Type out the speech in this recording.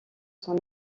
son